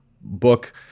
book